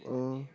uh